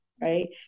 right